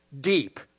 deep